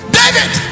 david